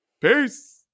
Peace